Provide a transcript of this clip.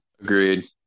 Agreed